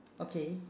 okay